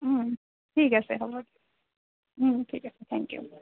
ঠিক আছে হ'ব দিয়া ঠিক আছে থেংক ইউ